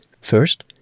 First